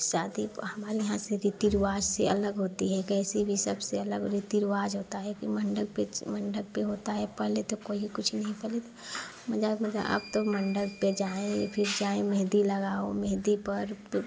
शादी हमारे यहाँ से रीति रिवाज से अलग होती है कैसी भी सबसे अलग रीति रिवाज होता है कि मंडप पर मंडप पर होता है पहले तो कोई कुछ नहीं पहले तो मज़ाक मज़ाक अब तो मंडप पर जाएँ फ़िर जाएँ मेहंदी लगाओ मेहंदी पर